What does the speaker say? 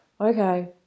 okay